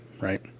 right